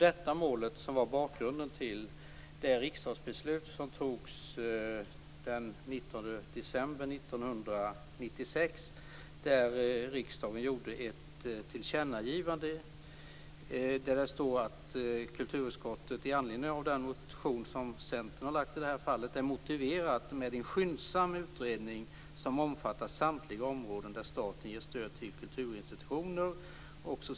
Detta mål var bakgrunden till det riksdagsbeslut som fattades den 19 december 1996. Där gjorde riksdagen ett tillkännagivande där det står att kulturutskottet med anledning av den motion som Centern väckt finner det motiverat med en skyndsam utredning som omfattar samtliga områden där staten ger stöd till kulturinstitutioner.